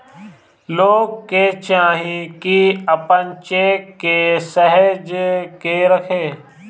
लोग के चाही की आपन चेक के सहेज के रखे